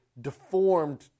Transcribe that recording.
deformed